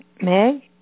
Meg